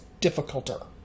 difficulter